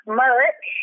merch